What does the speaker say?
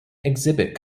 exhibit